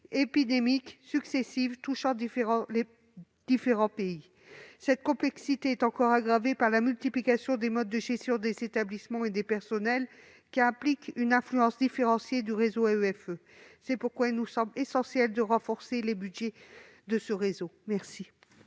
épidémiques successives touchant les différents pays. Cette complexité est encore aggravée par la multiplication des modes de gestion des établissements et des personnels, qui implique une influence différenciée du réseau de l'AEFE. Dans ces conditions, il nous semble essentiel de renforcer les crédits de ce réseau.